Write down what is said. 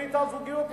ברית הזוגיות,